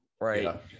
right